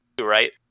right